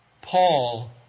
Paul